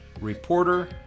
reporter